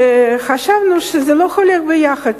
חשבנו שזה לא הולך ביחד: